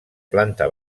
planta